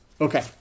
Okay